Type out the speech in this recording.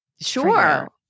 Sure